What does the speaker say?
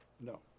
No